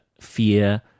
fear